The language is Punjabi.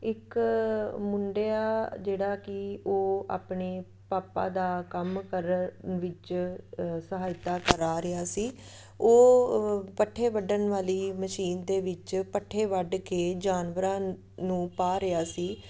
ਇੱਕ ਮੁੰਡਿਆ ਜਿਹੜਾ ਕਿ ਉਹ ਆਪਣੇ ਪਾਪਾ ਦਾ ਕੰਮ ਕਰਨ ਵਿੱਚ ਸਹਾਇਤਾ ਕਰਾ ਰਿਹਾ ਸੀ ਉਹ ਪੱਠੇ ਵੱਢਣ ਵਾਲੀ ਮਸ਼ੀਨ ਦੇ ਵਿੱਚ ਪੱਠੇ ਵੱਢ ਕੇ ਜਾਨਵਰਾਂ ਨੂੰ ਪਾ ਰਿਹਾ ਸੀ